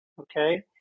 okay